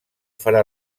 farà